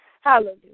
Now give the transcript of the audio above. Hallelujah